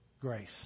Grace